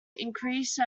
increase